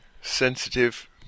sensitive